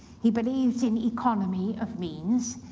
he believed in economy of means,